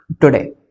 today